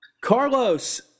Carlos